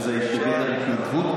וזה בגדר התנדבות?